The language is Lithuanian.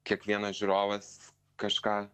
kiekvienas žiūrovas kažką